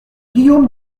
guillaume